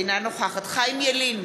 אינה נוכחת חיים ילין,